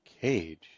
cage